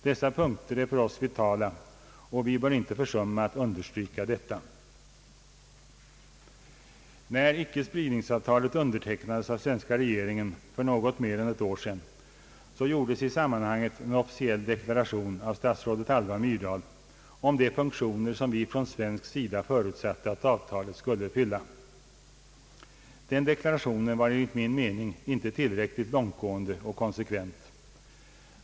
Dessa punkter är för oss vitala och vi bör inte försumma att understryka detta. När icke-spridningsavtalet undertecknades av svenska regeringen för något mer än ett år sedan gjordes i sammanhanget en officiell deklaration av statsrådet Alva Myrdal om de funktioner som vi från svensk sida förutsatte att avtalet skulle fylla. Den deklarationen var enligt min mening inte tillräckligt långtgående och konsekvent.